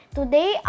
Today